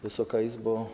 Wysoka Izbo!